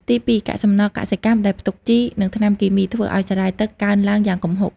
ទីពីរ កាកសំណល់កសិកម្មដែលផ្ទុកជី និងថ្នាំគីមី ធ្វើឱ្យសារ៉ាយទឹកកើនឡើងយ៉ាងគំហុក។